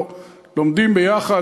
לומדים ביחד,